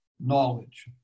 knowledge